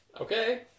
Okay